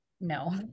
no